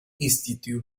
institute